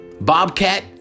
Bobcat